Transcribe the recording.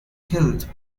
killed